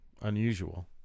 unusual